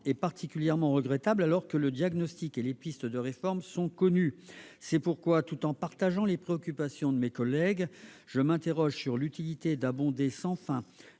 est particulièrement regrettable, dès lors que le diagnostic et les pistes de réforme sont connus. C'est pourquoi, tout en partageant les préoccupations de mes collègues, je m'interroge sur l'utilité d'abonder sans fin